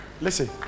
Listen